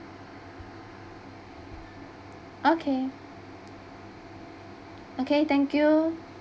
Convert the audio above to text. okay okay thank you